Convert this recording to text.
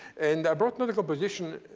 and i brought another composition.